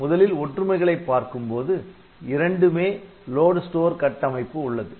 முதலில் ஒற்றுமைகளைப் பார்க்கும்போது இரண்டுமே லோடு ஸ்டோர் கட்டமைப்பு உள்ளது